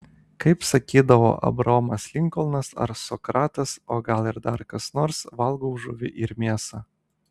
kaip sakydavo abraomas linkolnas ar sokratas o gal ir dar kas nors valgau žuvį ir mėsą